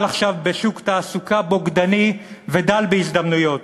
עכשיו בשוק תעסוקה בוגדני ודל בהזדמנויות,